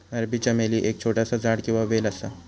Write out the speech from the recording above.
अरबी चमेली एक छोटासा झाड किंवा वेल असा